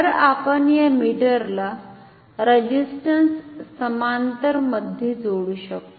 तर आपण या मीटरला रेझिस्टन्स समांतर मध्ये जोडु शकतो